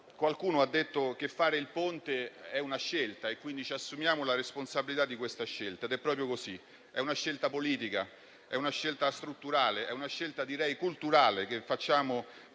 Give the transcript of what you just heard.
Qualcuno ha detto che realizzare il Ponte è una scelta. Quindi, ci assumiamo la responsabilità di questa scelta. Ed è proprio così: è una scelta politica; è una scelta strutturale; è una scelta culturale, che compiamo